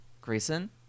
Grayson